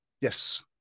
yes